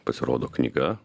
pasirodo knyga